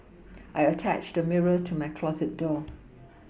I attached a mirror to my closet door